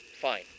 Fine